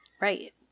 right